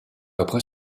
après